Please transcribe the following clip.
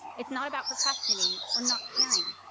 it's not about procrastinating or not caring.